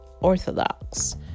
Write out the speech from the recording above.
orthodox